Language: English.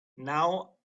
now